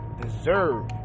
deserve